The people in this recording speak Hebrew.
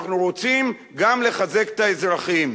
אנחנו רוצים גם לחזק את האזרחים.